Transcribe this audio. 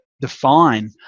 define